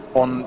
on